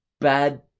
bad